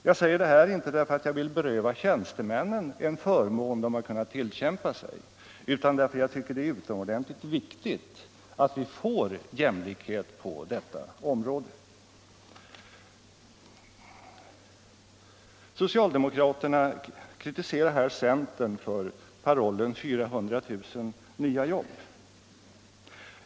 Jag säger det här inte därför att jag vill beröva tjänstemännen en förmån som de kunnat tillkämpa sig, utan därför att jag tycker det är utomordentligt viktigt att vi får jämlikhet på detta område. Socialdemokraterna kritiserar här centern för parollen 400 000 nya jobb.